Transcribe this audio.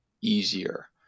easier